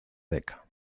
beca